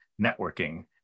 networking